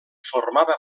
formava